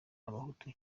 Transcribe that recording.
abahutu